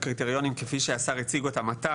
הקריטריונים כפי שהשר הציג אותם עתה,